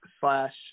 slash